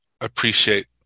appreciate